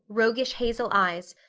roguish hazel eyes,